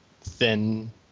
thin